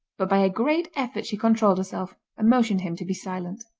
but by a great effort she controlled herself and motioned him to be silent.